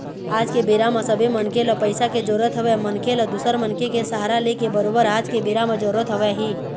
आज के बेरा म सबे मनखे ल पइसा के जरुरत हवय मनखे ल दूसर मनखे के सहारा लेके बरोबर आज के बेरा म जरुरत हवय ही